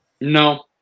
No